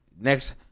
Next